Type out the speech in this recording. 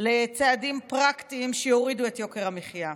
לצעדים פרקטיים שיורידו את יוקר המחיה.